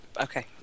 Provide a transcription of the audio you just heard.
Okay